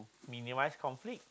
minimise conflict